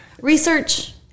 Research